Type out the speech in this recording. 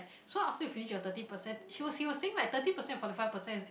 so after you finish your thirty percent she was he was saying like thirty percent forty five percent is